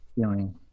feeling